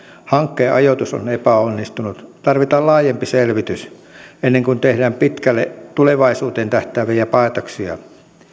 hankkeen ajoitus on epäonnistunut tarvitaan laajempi selvitys ennen kuin tehdään pitkälle tulevaisuuteen tähtääviä päätöksiä